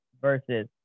versus